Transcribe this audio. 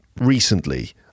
recently